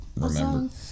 remember